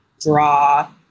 draw